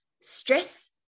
stress